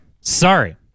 sorry